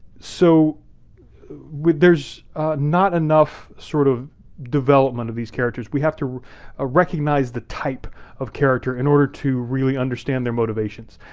so there's not enough sort of development of these characters. we have to ah recognize the type of character in order to really understand their motivations.